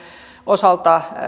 osalta